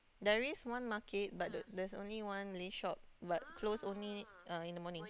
there is one market but the there's only one Malay shop but close only uh in the morning